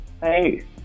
Hey